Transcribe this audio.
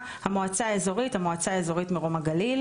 "המועצה האזורית" מועצה אזורית מרום הגליל,